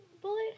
bullet